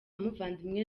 muvandimwe